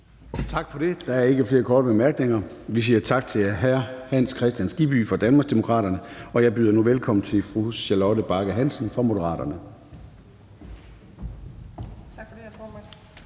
Tak for det. Der er ikke flere korte bemærkninger. Vi siger tak til hr. Hans Kristian Skibby fra Danmarksdemokraterne. Jeg byder nu velkommen til fru Charlotte Bagge Hansen fra Moderaterne.